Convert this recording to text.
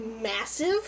massive